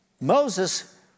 Moses